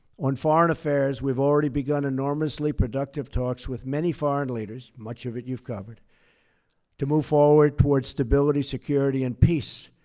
on foreign affairs, we've already begun begun enormously productive talks with many foreign leaders much of it you've covered to move forward toward stability, security, and peace